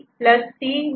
B C